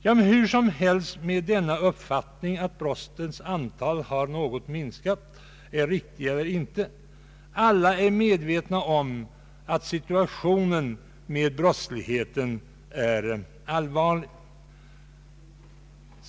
Oavsett om påståendet att antalet brott har minskat något är riktigt eller inte är väl alla medvetna om att situationen är allvarlig.